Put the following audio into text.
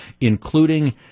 including